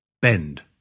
bend